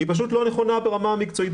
היא פשוט לא נכונה ברמה המקצועית,